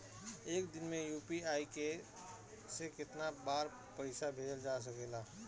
एक दिन में यू.पी.आई से केतना बार पइसा भेजल जा सकेला?